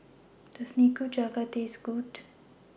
Does Nikujaga Taste Good